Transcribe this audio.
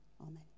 Amen